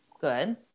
good